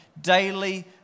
daily